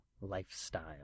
Lifestyle